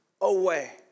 away